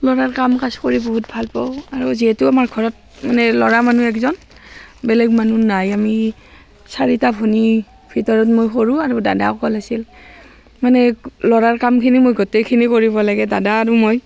ল'ৰাৰ কাম কাজ কৰি বহুত ভাল পাওঁ আৰু যিহেতু আমাৰ ঘৰত মানে ল'ৰা মানুহ একজন বেলেগ মানুহ নাই আমি চাৰিটা ভনী ভিতৰত মই সৰু আৰু দাদা অকল আছিল মানে ল'ৰাৰ কামখিনি মই গোটেইখিনি কৰিব লাগে দাদা আৰু মই